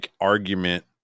argument